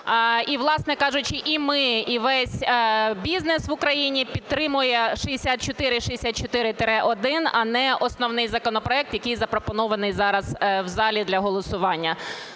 і, власне кажучи, і ми, і весь бізнес в Україні підтримує 6464-1, а не основний законопроект, який запропонований зараз в залі для голосування.